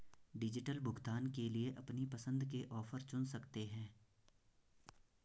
digital भुगतान के लिए अपनी पसंद के ऑफर चुन सकते है